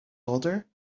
older